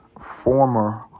former